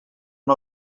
del